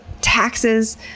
Taxes